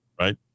right